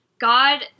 God